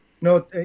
No